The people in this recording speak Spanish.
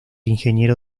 ingeniero